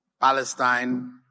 Palestine